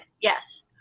Yes